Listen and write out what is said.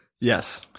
Yes